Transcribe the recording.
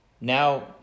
Now